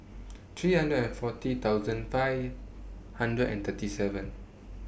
three hundred and forty thousand five hundred and thirty seven